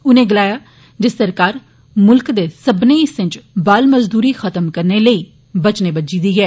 उनें गलाया जे सरकार मुल्ख दे सब्बनें हिस्सें च बाल मज़दूरी खत्म करने लेई वचनबद्ध ऐ